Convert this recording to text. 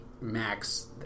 Max